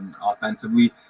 offensively